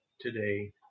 today